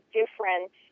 different